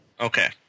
Okay